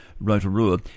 Rotorua